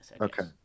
okay